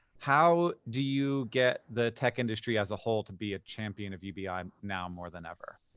how do you get the tech industry as a whole to be a champion of ubi now more than ever?